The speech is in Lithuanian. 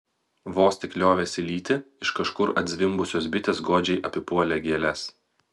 vos tik liovėsi lytį iš kažkur atzvimbusios bitės godžiai apipuolė gėles